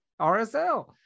RSL